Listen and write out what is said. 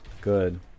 Good